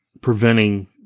preventing